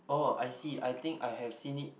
oh I see I think I have seen it